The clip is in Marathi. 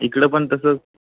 इकडं पण तसंच